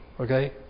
Okay